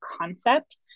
concept